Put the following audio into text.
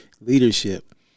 leadership